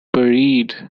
buried